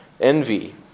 envy